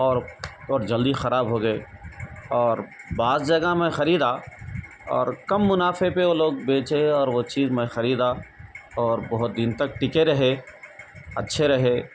اور اور جلدی خراب ہوگئے اور بعض جگہ میں خریدا اور کم منافع پہ وہ لوگ بیچے اور وہ چیز میں خریدا اور بہت دن تک ٹکے رہے اچھے رہے